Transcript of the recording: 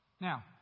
Now